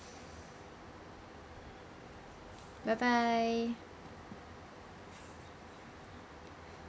bye bye